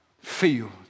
feel